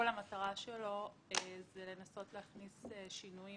כל המטרה שלו היא לנסות להכניס שינויים